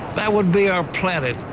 that would be our planet.